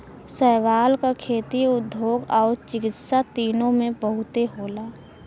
शैवाल क खेती, उद्योग आउर चिकित्सा तीनों में बहुते होला